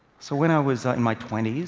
so when i was in my twenty s,